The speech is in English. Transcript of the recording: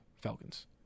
Falcons